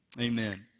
Amen